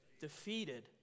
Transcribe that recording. Defeated